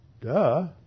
Duh